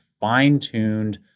fine-tuned